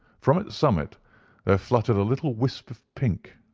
from its summit there fluttered a little wisp of pink,